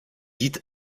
dite